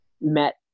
met